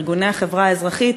ארגוני החברה האזרחית,